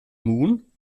moon